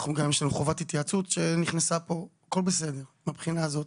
יש לנו גם חובת התייעצות שנכנסה כאן ומהבחינה הזאת